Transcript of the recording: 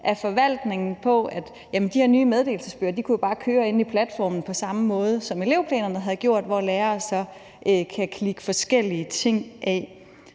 af forvaltningen om, at de her nye meddelelsesbøger jo bare kunne køre inde i platformen på samme måde, som elevplanerne havde gjort, hvor lærerne så kan klikke forskellige ting af.